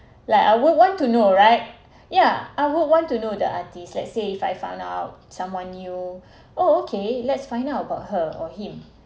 like I would like to know right yeah I would want to know the artist let's say if I found out someone you oh okay let's find out about her or him